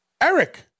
Eric